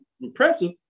impressive